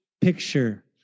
picture